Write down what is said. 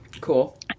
Cool